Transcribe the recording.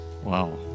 Wow